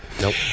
Nope